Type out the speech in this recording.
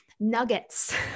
nuggets